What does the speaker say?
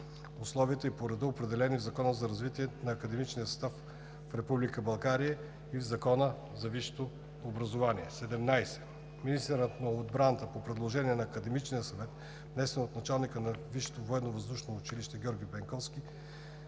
условията и по реда, определени в Закона за развитието на академичния състав в Република България и в Закона за висшето образование. 17. Министърът на отбраната по предложение на Академичния съвет, внесено от началника на Висшето